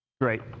Great